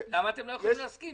למה אתם לא יכולים להסכים?